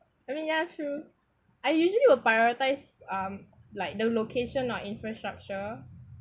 I mean ya true I usually will prioritise um like the location or infrastructure